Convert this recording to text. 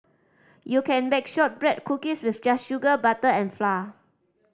you can bake shortbread cookies with just sugar butter and flour